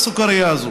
לסוכרייה הזאת: